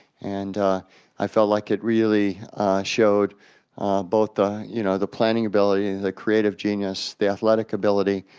and i felt like it really showed both the you know the planning ability, the creative genius, the athletic ability,